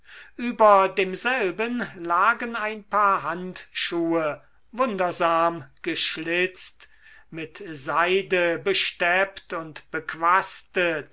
über demselben lagen ein paar handschuhe wundersam geschlitzt mit seide besteppt und bequastet